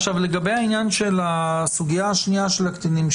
לגבי הסוגיה השנייה של הקטינים,